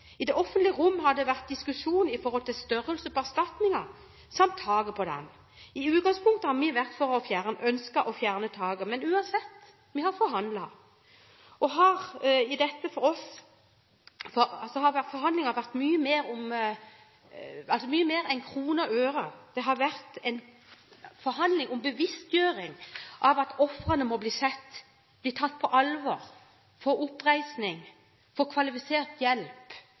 I det offentlige rom har det vært diskusjoner med hensyn til størrelsen på erstatningen samt taket på denne. I utgangspunktet har vi ønsket å fjerne taket, men uansett, etter forhandlinger har dette for oss i Fremskrittspartiet handlet om mye mer enn kroner og øre. Det handler om en bevisstgjøring av at ofrene må bli sett, bli tatt på alvor, få oppreisning, få kvalifisert hjelp,